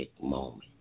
moment